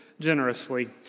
generously